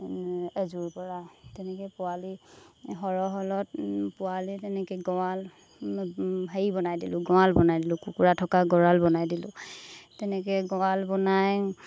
এযোৰ পৰা তেনেকৈ পোৱালি সৰহ হ'লত পোৱালী তেনেকৈ গঁৰাল হেৰি বনাই দিলোঁ গঁৰাল বনাই দিলোঁ কুকুৰা থকা গঁৰাল বনাই দিলোঁ তেনেকৈ গঁৰাল বনাই